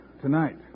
Tonight